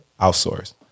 outsource